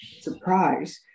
surprise